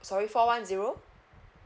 sorry four one zero